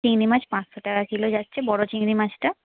চিংড়ি মাছ পাঁচশো টাকা কিলো যাচ্ছে বড়ো চিংড়ি মাছটা